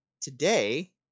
Today